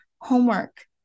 homework